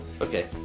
Okay